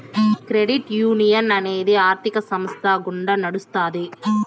credit union అనేది ఆర్థిక సంస్థ గుండా నడుత్తాది